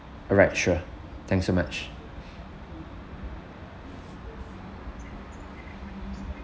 alight sure thanks so much